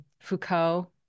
Foucault